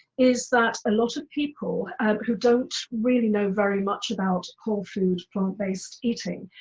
is that a lot of people who don't really know very much about whole food, plant-based eating,